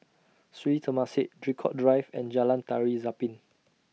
Sri Temasek Draycott Drive and Jalan Tari Zapin